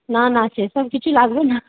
না না সেসব কিছু লাগবে না